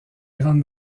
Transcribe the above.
grande